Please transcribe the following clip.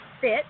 Fit